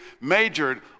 majored